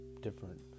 different